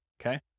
okay